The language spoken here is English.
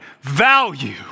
value